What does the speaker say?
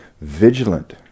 vigilant